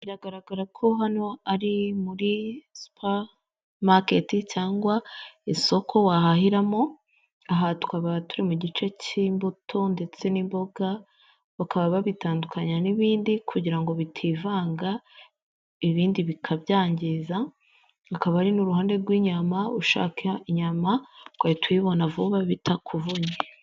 Biragaragara ko hano ari muri supamateti cyangwa isoko wahahiramo ahatwaba turi mu gice cy'imbuto ndetse n'imboga bakaba babitandukanya n'ibindi kugira ngo bitivanga ibindi bikabyangiza. Hakaba hari n'uruhande rw'inyama ushaka, inyama ugahita uyibona vuba bitakuvunye.